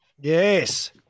Yes